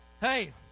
hey